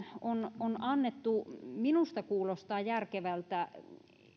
on on annettu minusta kuulostaa järkevältä